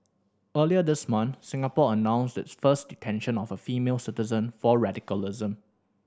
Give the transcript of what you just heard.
earlier this month Singapore announced its first detention of a female citizen for radicalism